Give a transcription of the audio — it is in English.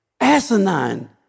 asinine